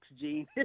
Gene